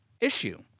issue